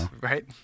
right